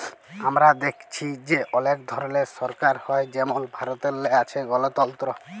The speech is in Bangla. আমরা দ্যাইখছি যে অলেক ধরলের সরকার হ্যয় যেমল ভারতেল্লে আছে গলতল্ত্র